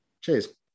cheers